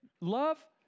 love